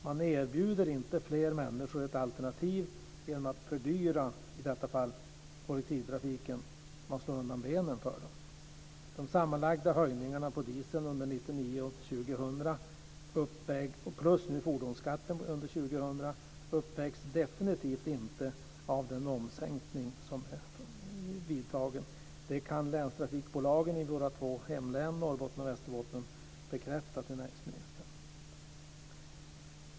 Man erbjuder inte fler människor ett alternativ genom att fördyra i detta fall kollektivtrafiken - man slår undan benen för dem. De sammanlagda höjningarna på diesel under 1999 och 2000, plus fordonsskatten under 2000, uppvägs definitivt inte av den momssänkning som är vidtagen. Det kan länstrafikbolagen i våra två hemlän Norrbotten och Västerbotten bekräfta till näringsministern.